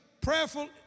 prayerful